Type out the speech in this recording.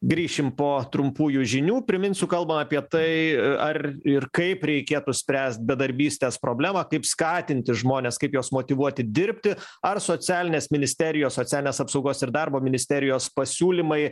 grįšim po trumpųjų žinių priminsiu kalbam apie tai ar ir kaip reikėtų spręst bedarbystės problemą kaip skatinti žmones kaip juos motyvuoti dirbti ar socialinės ministerijos socialinės apsaugos ir darbo ministerijos pasiūlymai